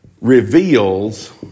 reveals